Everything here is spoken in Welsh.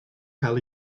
cael